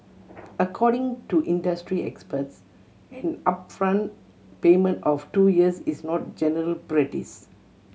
according to industry experts an upfront payment of two years is not general practice